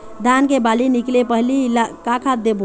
धान के बाली निकले पहली का खाद देबो?